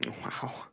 Wow